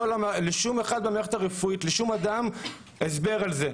ולשום אדם במערכת הרפואית אין הסבר על זה.